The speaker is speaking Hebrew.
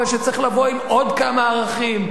אבל כשצריך לבוא עם עוד כמה ערכים,